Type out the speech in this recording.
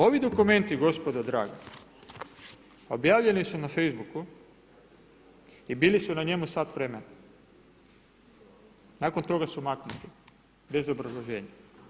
Ovi dokumenti gospodo draga, objavljeni su na Facebooku i bili su na njemu sat vremena, nakon toga su maknuli, bez obrazloženja.